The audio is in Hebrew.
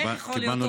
איך יכול להיות?